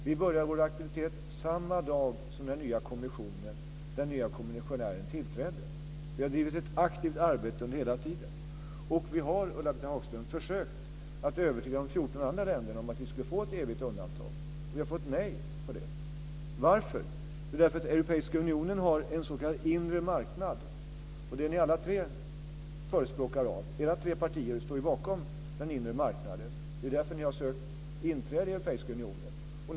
Vi började vår aktivitet samma dag som den nya kommissionären tillträdde. Vi har bedrivit ett aktivt arbete under hela den tiden. Vi har, Ulla-Britt Hagström, försökt att övertyga de 14 andra länderna om att vi skulle få ett evigt undantag. Det har vi fått nej till. Varför? Jo, därför att Europeiska unionen har en s.k. inre marknad. Det är ni alla tre förespråkare för. Era tre partier står ju bakom den inre marknaden. Det är därför ni har sökt inträde i Europeiska unionen.